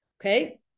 Okay